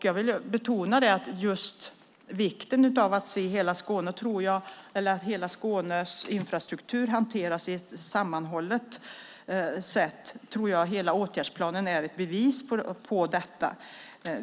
Jag vill betona vikten av att hela Skånes infrastruktur hanteras sammanhållet, och jag tror att hela åtgärdsplanen är ett bevis på detta.